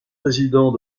président